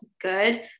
good